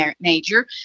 major